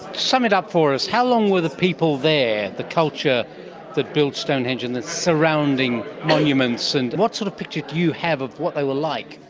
sum it up for us. how long were the people there, the culture that built stonehenge and the surrounding monuments? and what sort of picture do you have what they were like?